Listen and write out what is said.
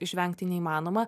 išvengti neįmanoma